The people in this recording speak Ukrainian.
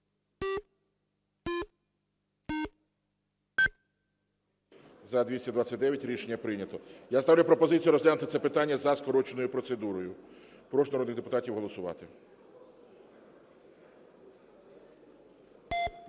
За-229 Рішення прийнято. Я ставлю пропозицію розглянути це питання за скороченою процедурою. Прошу народних депутатів голосувати.